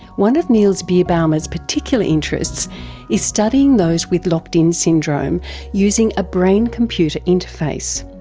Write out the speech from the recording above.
one of niels birbaumer's particular interests is studying those with locked-in syndrome using a brain-computer interface.